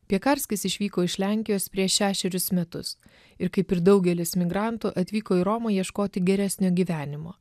piekarskis išvyko iš lenkijos prieš šešerius metus ir kaip ir daugelis migrantų atvyko į romą ieškoti geresnio gyvenimo